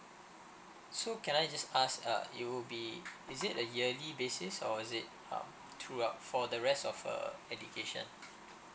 so can I just ask uh it will be uh is it a yearly basis or is it um throughout for the rest of uh education